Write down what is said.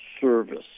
service